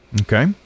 Okay